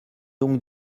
donc